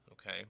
Okay